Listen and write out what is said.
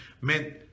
meant